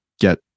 get